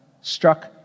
struck